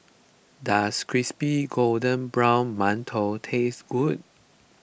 does Crispy Golden Brown Mantou taste good